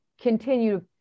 continue